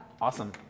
Awesome